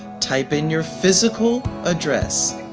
type in your physical address,